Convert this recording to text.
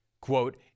Quote